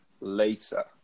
later